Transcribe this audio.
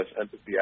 empathy